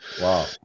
Wow